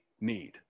need